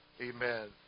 amen